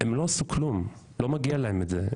הילדים האלה לא עשו כלום, לא מגיע להם את זה.